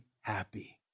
happy